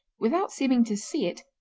without seeming to see it,